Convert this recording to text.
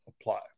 apply